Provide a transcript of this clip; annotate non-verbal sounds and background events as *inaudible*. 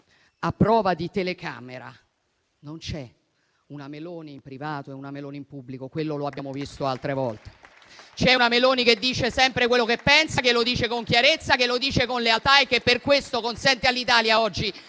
a prova di telecamera, non c'è una Meloni in privato e una Meloni in pubblico, quello lo abbiamo visto altre volte. *applause* C'è una Meloni che dice sempre quello che pensa, che lo dice con chiarezza e lealtà e che per questo consente all'Italia oggi